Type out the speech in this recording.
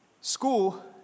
school